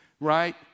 Right